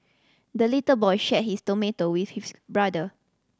the little boy shared his tomato with his brother